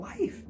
life